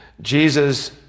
Jesus